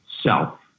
self